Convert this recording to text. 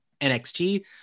nxt